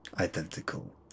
identical